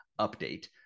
update